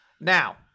Now